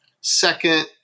second